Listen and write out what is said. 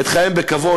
את חייהם בכבוד,